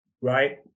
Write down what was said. right